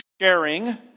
sharing